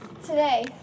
Today